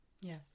Yes